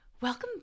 Welcome